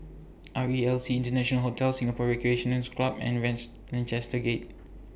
R E L C International Hotel Singapore Recreation Club and wins Lancaster Gate